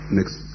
next